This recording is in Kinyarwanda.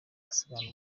asigarana